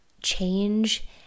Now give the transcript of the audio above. change